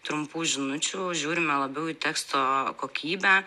trumpų žinučių žiūrime labiau į teksto kokybę